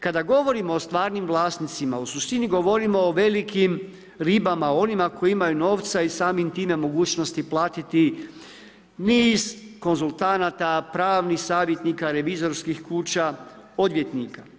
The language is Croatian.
Kada govorimo o stalnim vlasnicima, u suštini govorimo o velikim ribama, onima koji imaju novca i samim tim mogućnosti platiti niz konzultanata, pravnih savjetnika, revizorskih kuća, odvjetnika.